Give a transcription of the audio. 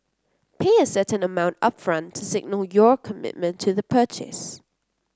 pay a certain amount upfront to signal your commitment to the purchase